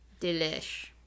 delish